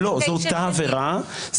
זה אותה עבירה.